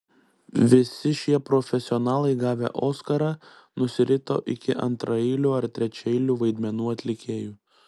visi šie profesionalai gavę oskarą nusirito iki antraeilių ar trečiaeilių vaidmenų atlikėjų